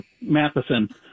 Matheson